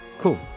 cool